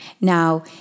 Now